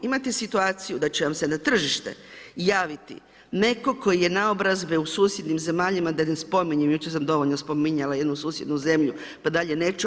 Imate situaciju da će vam se na tržište javiti netko tko je naobrazbe u susjednim zemljama, da ne spominjem, jučer sam dovoljno spominjala jednu susjednu zemlju, pa dalje neću.